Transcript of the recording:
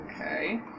okay